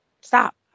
stop